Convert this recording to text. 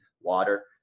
water